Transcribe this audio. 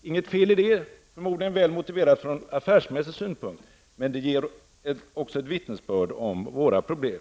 Det är inget fel i det, och det är förmodligen väl motiverat utifrån affärsmässig synpunkt, men det ger också ett vittnesbörd om våra problem.